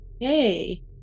Hey